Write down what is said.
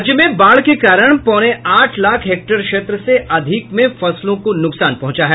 राज्य में बाढ के कारण पौने आठ लाख हेक्टेयर क्षेत्र से अधिक में फसलों को नुकसान पहुंचा है